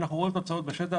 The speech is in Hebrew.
אנחנו רואים תוצאות בשטח,